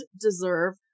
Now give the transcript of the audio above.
deserve